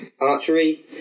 Archery